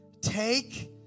take